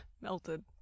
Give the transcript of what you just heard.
melted